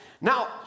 Now